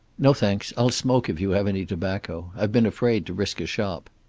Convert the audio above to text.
no, thanks. i'll smoke, if you have any tobacco. i've been afraid to risk a shop.